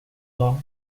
long